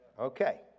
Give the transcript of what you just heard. Okay